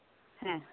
ᱦᱮᱸ